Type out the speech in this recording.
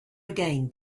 again